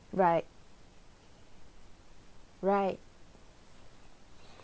right right